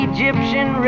Egyptian